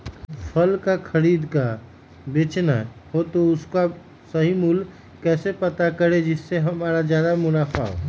फल का खरीद का बेचना हो तो उसका सही मूल्य कैसे पता करें जिससे हमारा ज्याद मुनाफा हो?